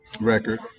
record